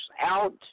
out